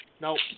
No